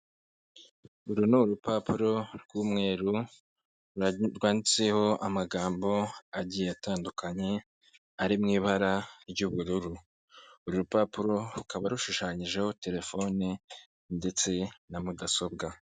Uru ni urupapuro rw'umweru rwanditseho amagambo agiye atandukanye ari mu ibara ry'ubururu. Uru rupapuro rukaba rushushanyijeho telefone ndetse na mudasobwa.